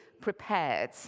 prepared